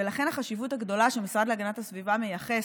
ולכן החשיבות הגדולה שהמשרד להגנת הסביבה מייחס